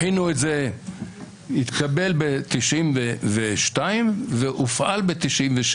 זה התקבל ב-1992 והופעל ב-1996.